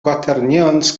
quaternions